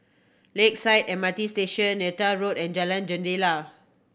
Lakeside M R T Station Neythai Road and Jalan Jendela